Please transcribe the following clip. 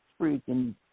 freaking